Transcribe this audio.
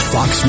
Fox